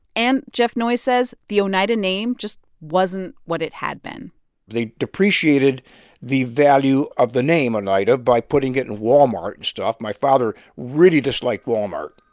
and jeff noyes says the oneida name just wasn't what it had been they depreciated the value of the name oneida by putting it in walmart and stuff. my father really disliked walmart.